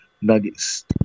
nuggets